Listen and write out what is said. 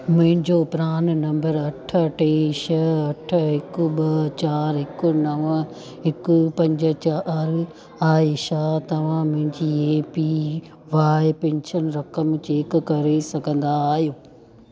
मुंहिंजो PRAN number अठ टे छह अठ हिकु ॿ चारि हिकु नव हिकु पंज चारि आहे छा तव्हां मुंहिंजी ए पी वाइ पेंशन रक़म चेक करे सघंदा आहियो